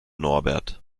norbert